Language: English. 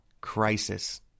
crisis